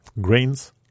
Grains